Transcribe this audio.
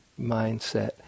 mindset